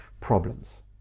problems